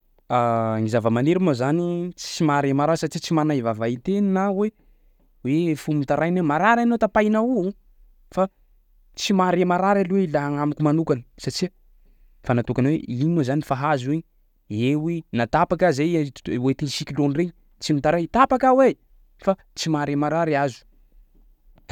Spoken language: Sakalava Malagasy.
Ny zava-maniry moa zany tsy mahare marary satsia tsy manay vava hiteny na hoe hoe fo mitaraina hoe marary anao tapahinao io, fa tsy mahare marary aloha i laha agnamiko manokany satsia fa natokana hoe iny moa zany fa hazo i, eo i na tapaka aza i tr- hoentin'ny cyclone regny tsy mitaray tapaka aho e! Fa tsy mahare marary hazo.